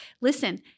Listen